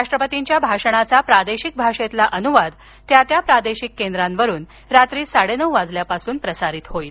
राष्ट्रपतींच्या भाषणाचा प्रादेशिक भाषेतील अनुवाद त्या त्या प्रादेशिक केंद्रांवरून रात्री साडेनऊ वाजल्यापासून प्रसारित केला जाणार आहे